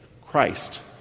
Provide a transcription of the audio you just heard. Christ